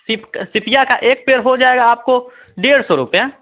सी सीपिया का एक पेड़ हो जाएगा आप डेढ़ सौ रुपया